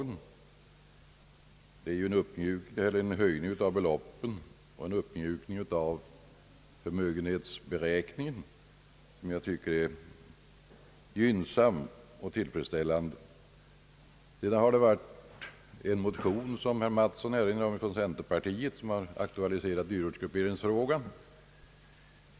Det gäller ju en höjning av de aktuella beloppen och en uppmjukning av förmögenhetsberäkningen, som jag tycker är gynnsam och tillfredsställande. Herr Mattsson har här dragit fram en motion från centerpartiet vilken aktualiserat dyrortsgrupperingsfrågan.